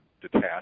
detach